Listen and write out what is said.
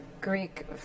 Greek